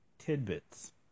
tidbits